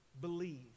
believe